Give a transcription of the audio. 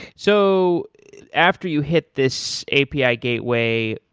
so after you hit this api ah gateway,